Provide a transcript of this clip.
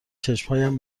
چشمهایم